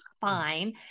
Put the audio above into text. fine